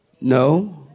No